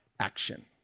action